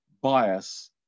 bias